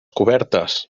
cobertes